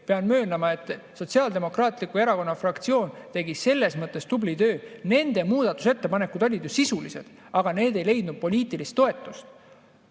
pean möönma, et Sotsiaaldemokraatliku Erakonna fraktsioon tegi selles mõttes tubli töö. Nende muudatusettepanekud olid ju sisulised, aga need ei leidnud poliitilist toetust.